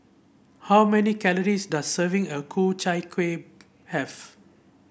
how many calories does a serving of Ku Chai Kueh have